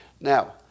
Now